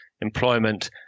employment